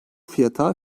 fiyata